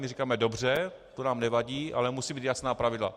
My říkáme: dobře, to nám nevadí, ale musí být jasná pravidla.